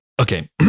Okay